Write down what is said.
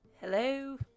Hello